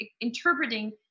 interpreting